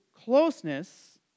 closeness